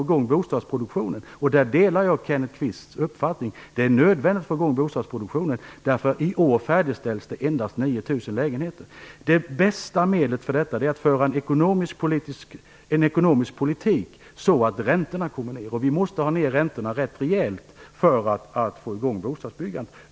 Därmed har ingen råd att bo där. Jag delar Kenneth Kvists uppfattning om att det är nödvändigt att få i gång bostadsproduktionen. I år färdigställs endast 9 000 lägenheter. Det bästa medlet för detta är ett föra en ekonomisk politik som gör att räntorna kommer ned. Vi måste ha ned räntorna rätt rejält för att få i gång bostadsbyggandet.